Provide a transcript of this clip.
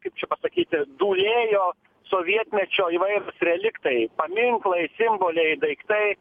kaip čia pasakyti dūlėjo sovietmečio įvairūs reliktai paminklai simboliai daiktai